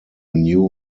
new